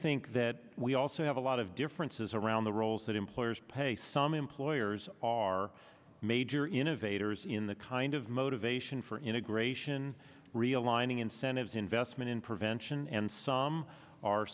think that we also have a lot of differences around the roles that employers pay some employers are major innovators in the kind of motivation for integration realigning incentives investment in prevention and some ar